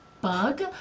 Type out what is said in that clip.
bug